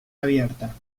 abierta